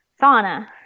sauna